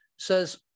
Says